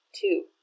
Two